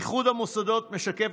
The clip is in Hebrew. איחוד המוסדות משקף,